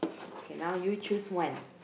okay now you choose one